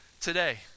today